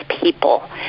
people